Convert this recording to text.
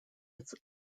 its